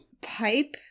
Pipe